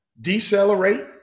decelerate